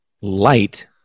light